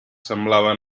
semblaven